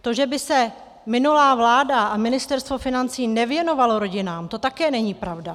To, že by se minulá vláda a Ministerstvo financí nevěnovalo rodinám, to také není pravda.